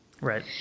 Right